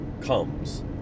comes